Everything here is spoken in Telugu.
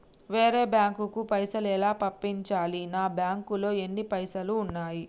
వేరే బ్యాంకుకు పైసలు ఎలా పంపించాలి? నా బ్యాంకులో ఎన్ని పైసలు ఉన్నాయి?